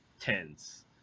Tens